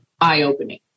eye-opening